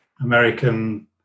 American